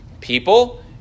people